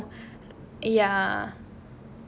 oh ya